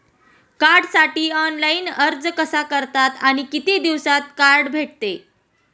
कार्डसाठी ऑनलाइन अर्ज कसा करतात आणि किती दिवसांत कार्ड भेटते?